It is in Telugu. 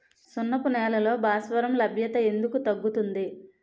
సున్నపు నేలల్లో భాస్వరం లభ్యత ఎందుకు తగ్గుతుంది?